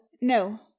no